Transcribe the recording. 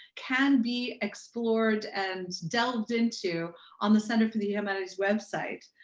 can be explored and delved into on the center for the humanities website.